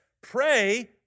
pray